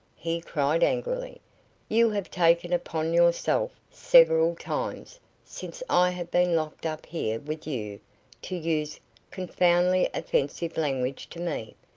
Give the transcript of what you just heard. he cried angrily you have taken upon yourself several times since i have been locked-up here with you to use confoundedly offensive language to me.